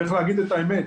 צריך להגיד את האמת.